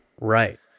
Right